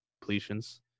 completions –